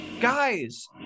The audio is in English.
guys